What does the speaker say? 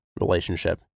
relationship